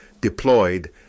deployed